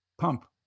pump